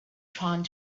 trying